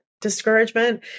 discouragement